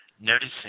noticing